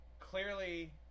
Clearly